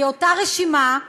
כי אותה רשימה,